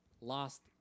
lost